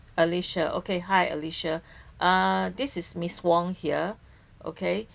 alicia okay hi alicia uh this is miss Wong here okay